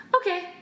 okay